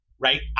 Right